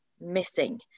missing